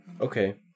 Okay